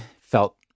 felt